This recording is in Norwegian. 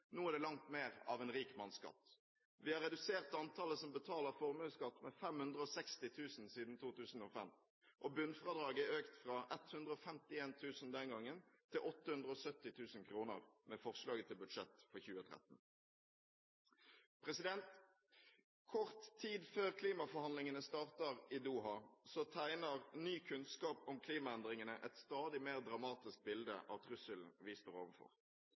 Nå er det langt mer av en rikmannsskatt. Vi har redusert antallet som betaler formuesskatt med 560 000 siden 2005, og bunnfradraget er økt fra 151 000 den gangen til 870 000 kr med forslaget til budsjett for 2013. Kort tid før klimaforhandlingene starter i Doha, tegner ny kunnskap om klimaendringene et stadig mer dramatisk bilde av trusselen vi står overfor.